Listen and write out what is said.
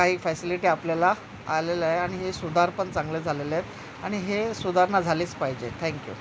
काही फॅसिलिटी आपल्याला आलेल्या आहे आणि हे सुधारपण चांगले झालेले आहेत आणि हे सुधारणा झालीच पाहिजे थँक्यू